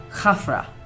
Khafra